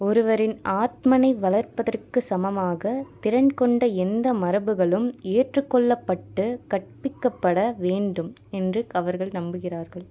ஒருவரின் ஆத்மனை வளர்ப்பதற்கு சமமாக திறன் கொண்ட எந்த மரபுகளும் ஏற்றுக்கொள்ளப்பட்டு கற்பிக்கப்பட வேண்டும் என்று அவர்கள் நம்புகிறார்கள்